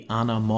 Anna